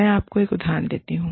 मैं आपको एक उदाहरण देती हूं